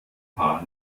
paar